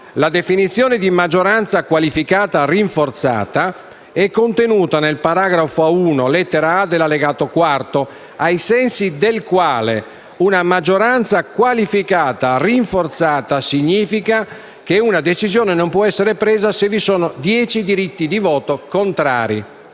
La definizione di maggioranza qualificata rinforzata è contenuta nel paragrafo 1, lettera *a)* dell'Allegato IV, ai sensi del quale «una maggioranza qualificata rinforzata significa che una decisione non può essere presa se vi sono dieci diritti di voto contrari».